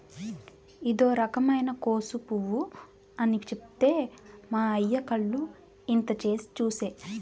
ఇదో రకమైన కోసు పువ్వు అని చెప్తే మా అయ్య కళ్ళు ఇంత చేసి చూసే